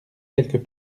quelques